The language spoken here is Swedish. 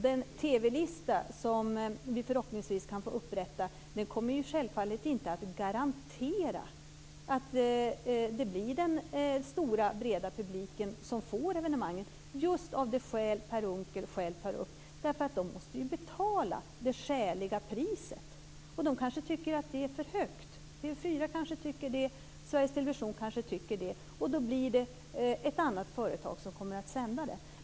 Den TV-lista som vi förhoppningsvis kan få upprätta kommer självfallet inte att garantera att det blir den stora breda publiken som får evenemangen, just av de skäl som Per Unckel tar upp. De måste ju betala det skäliga priset. De kanske tycker att det är för högt. TV 4 kanske tycker det. Sveriges Television kanske tycker det. Då blir det ett annat företag som kommer att sända det.